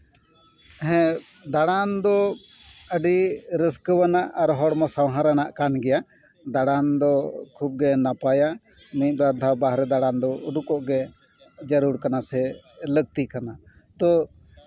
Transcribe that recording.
ᱦᱮᱸ ᱫᱟᱬᱟᱱ ᱫᱚ ᱟᱹᱰᱤ ᱨᱟᱹᱥᱠᱟᱹ ᱨᱮᱱᱟᱜ ᱟᱨ ᱦᱚᱲᱢᱚ ᱥᱟᱦᱨᱟ ᱨᱮᱱᱟᱜ ᱠᱟᱱ ᱜᱮᱭᱟ ᱫᱟᱬᱟᱱ ᱫᱚ ᱠᱷᱩᱵᱽ ᱜᱮ ᱱᱟᱯᱟᱭᱟ ᱢᱤᱫ ᱵᱟᱨ ᱫᱷᱟᱣ ᱵᱟᱦᱨᱮ ᱫᱟᱬᱟᱱ ᱫᱚ ᱩᱸᱰᱩᱠᱚᱜ ᱜᱮ ᱡᱟᱹᱨᱩᱲ ᱠᱟᱱᱟ ᱥᱮ ᱞᱟᱹᱠᱛᱤ ᱠᱟᱱᱟ ᱛᱚ